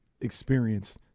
experienced